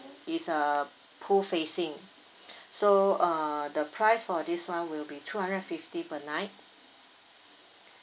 is a pool facing so uh the price for this [one] will be two hundred and fifty per night